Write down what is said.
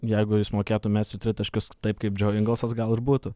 jeigu jis mokėtų mesti tritaškius taip kaip džeu ingalsas gal ir būtų